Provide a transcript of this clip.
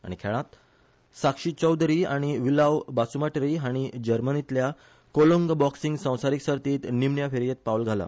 आनी खेळांत साक्षी चौधरी आनी विलाव बासुमाटेरी हाणी जर्मनीतल्या कोलोंग बॉक्सींग संवसारिक सर्तींत निमण्या फेरयेंत पावल घाला